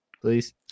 please